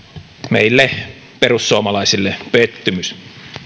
meille perussuomalaisille pettymys